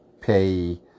pay